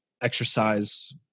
exercise